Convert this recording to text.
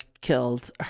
killed